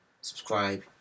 subscribe